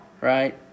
right